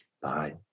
Bye